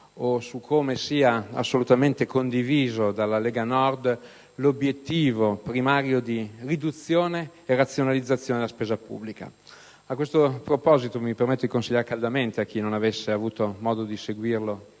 o su come sia assolutamente condiviso dalla Lega Nord l'obiettivo primario di riduzione e razionalizzazione della spesa pubblica. A tal proposito, mi permetto di consigliare caldamente, a chi non avesse avuto modo di seguirlo